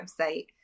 website